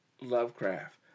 Lovecraft